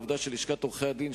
העובדה שלשכת עורכי-הדין,